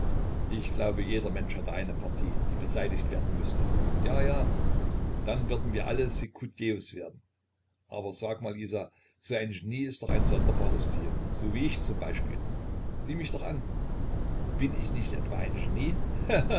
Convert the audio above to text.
ich glaube jeder mensch hat da eine partie die beseitigt werden müßte ja ja dann würden wir alle sicut deus werden aber sag mal isa so ein genie ist doch ein sonderbares tier so wie ich zum beispiel sieh mich doch an bin ich etwa nicht ein genie